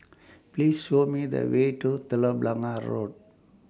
Please Show Me The Way to Telok Blangah Road